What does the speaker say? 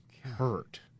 hurt